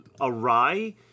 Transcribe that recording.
awry